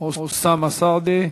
אוסאמה סעדי,